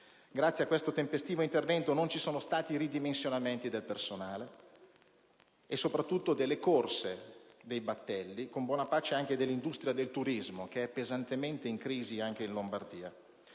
Grazie a questo tempestivo intervento non ci sono stati ridimensionamenti del personale e soprattutto delle corse dei battelli, con buona pace anche dell'industria del turismo, pesantemente in crisi anche in Lombardia.